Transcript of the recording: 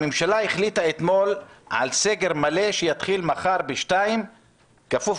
הממשלה החליטה אתמול על סגר מלא שיתחיל מחר ב-14:00 כפוף,